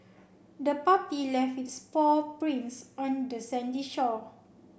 the puppy left its paw prints on the sandy shore